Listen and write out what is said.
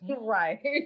right